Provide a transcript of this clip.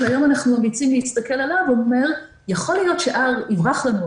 שהיום אנחנו ממליצים להסתכל עליו אומר: יכול להיות ש-R יברח לנו,